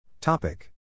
Topic